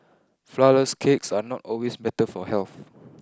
Flourless cakes are not always better for health